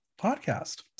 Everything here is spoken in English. podcast